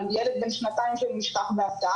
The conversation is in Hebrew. על ילד בן שנתיים עם צרכים מיוחדים שנשכח בהסעה,